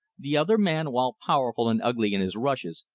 the other man, while powerful and ugly in his rushes,